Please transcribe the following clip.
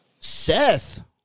Seth